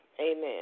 amen